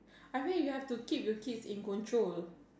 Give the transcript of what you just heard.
I think you have to keep your kids in control